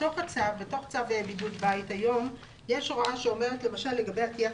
בתוך צו בידוד בית יש היום הוראה שאומרת למשל לגבי עטיית